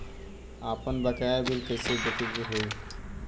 आपन बकाया बिल कइसे देखे के हौ?